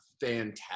fantastic